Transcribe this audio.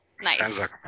Nice